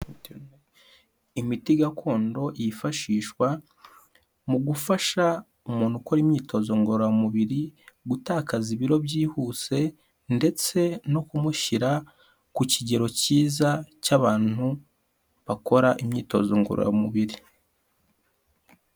Imiti gakondo yifashishwa mu gufasha umuntu ukora imyitozo ngororamubiri gutakaza ibiro byihuse ndetse no kumushyira ku kigero cyiza cy'abantu bakora imyitozo ngororamubiri.